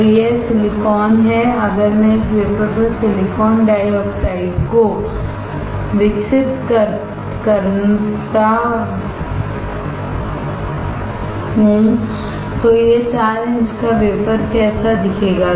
तो यह सिलिकॉनहै अगर मैं इस वेफर पर सिलिकॉन डाइऑक्साइड को विकसित करता हूं तो यह 4 इंच का वेफर कैसा दिखेगा